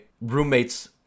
roommate's